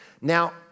Now